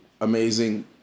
amazing